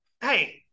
Hey